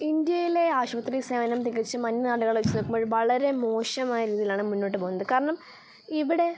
ഇന്ത്യയിലെ ആശുപത്രി സേവനം തികച്ചും വരും നാളുകളിൽ വെച്ച് നോക്കുമ്പോല വളരെ മോശമായ രീതിയിലാണ് മുന്നോട്ട് പോകുന്നത് കാരണം ഇവിടെ